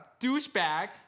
Douchebag